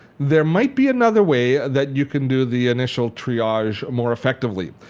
there might be another way that you can do the initial triage more effectively.